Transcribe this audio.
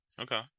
Okay